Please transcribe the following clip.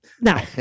Now